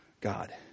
God